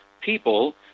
people